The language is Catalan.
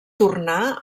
tornar